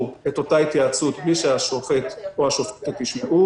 את אותה התייעצות בלי שהשופטים ישמעו.